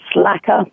slacker